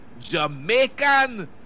Jamaican